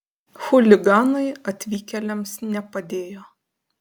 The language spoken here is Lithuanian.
chuliganai atvykėliams nepadėjo